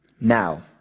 Now